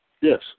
Yes